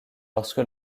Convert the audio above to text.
lorsque